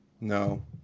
no